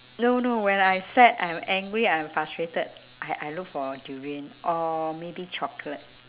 no no when I sad I am angry I am frustrated I I look for durian or maybe chocolate